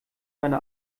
deine